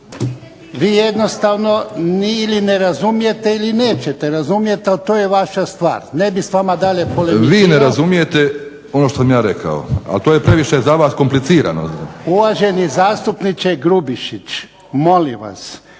Vi jednostavno ili ne razumijete ili nećete razumiti ali to je vaša stvar, ne bih s vama dalje polemizirao. **Grubišić, Boro (HDSSB)** Vi ne razumijete ono što sam ja rekao, a to je previše za vas komplicirano. **Jarnjak, Ivan (HDZ)** Uvaženi zastupniče Grubišić molim vas,